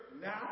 now